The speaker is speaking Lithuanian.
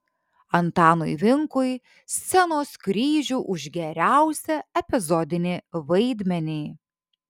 antanui vinkui scenos kryžių už geriausią epizodinį vaidmenį